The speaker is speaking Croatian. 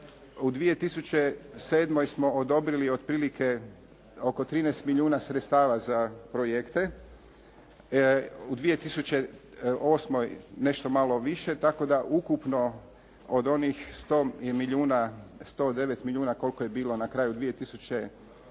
U 2007. smo odobrili otprilike oko 13 milijuna sredstava za projekte. U 2008. nešto malo više tako da ukupno od onih 100 milijuna, 109 milijuna koliko je bilo na kraju 2006.